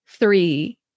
three